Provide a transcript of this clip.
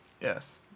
Yes